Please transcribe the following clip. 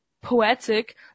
poetic